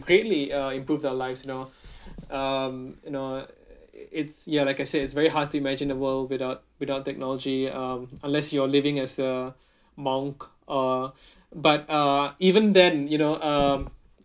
greatly uh improved their lives now um you know it's ya like I said it's very hard to imagine a world without without technology um unless you're living as a monk uh but uh even then you know um